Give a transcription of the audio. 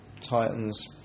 Titans